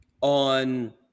on